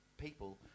people